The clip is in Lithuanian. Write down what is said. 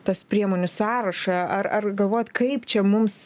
tas priemonių sąrašą ar ar galvojat kaip čia mums